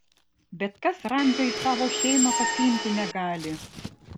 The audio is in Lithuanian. bet kas ramzio į savo šeimą pasiimti negali